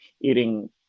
eating